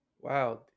Wow